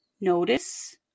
notice